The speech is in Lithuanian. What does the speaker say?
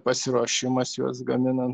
pasiruošimas juos gaminan